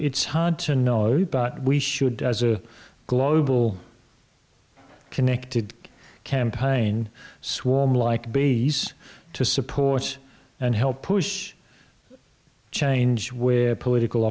it's hard to know we should as a global connected campaign swarm like babies to support and help push change where political